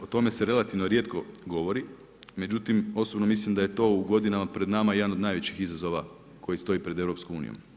O tome se relativno rijetko govori, međutim, osobno mislim da je to u godinama pred nama jedan od najvećih izazova koji stoji pred EU.